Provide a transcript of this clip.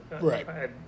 right